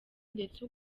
ndetse